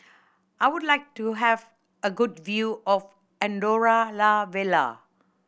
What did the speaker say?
I would like to have a good view of Andorra La Vella